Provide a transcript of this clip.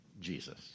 Jesus